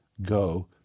go